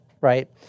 right